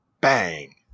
Bang